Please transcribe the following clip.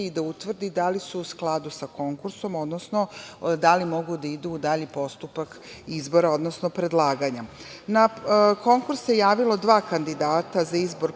i da utvrdi da li su u skladu sa konkursom, odnosno da li mogu da idu u dalji postupak izbora odnosno predlaganja. Na konkurs se javilo dva kandidata za izbor prvog